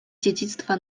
dziedzictwa